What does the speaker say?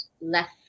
left